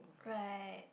great